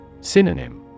Synonym